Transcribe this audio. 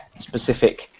specific